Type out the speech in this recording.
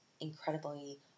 incredibly